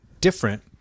different